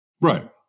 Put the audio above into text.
Right